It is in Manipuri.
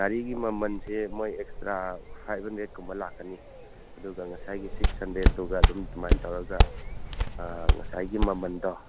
ꯒꯥꯔꯤꯒꯤ ꯃꯃꯜꯁꯦ ꯃꯣꯏ ꯑꯦꯛꯁꯇ꯭ꯔꯥ ꯐꯥꯏꯕ ꯍꯟꯗ꯭ꯔꯦꯗ ꯀꯨꯝꯕ ꯂꯥꯛꯀꯅꯤ ꯑꯗꯨꯒ ꯉꯁꯥꯏꯒꯤ ꯁꯤꯛꯁ ꯍꯟꯗ꯭ꯔꯦꯗꯇꯨꯒ ꯑꯗꯨꯝ ꯑꯗꯨꯃꯥꯏ ꯇꯧꯔꯒ ꯉꯁꯥꯏꯒꯤ ꯃꯃꯜꯗꯣ